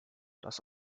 das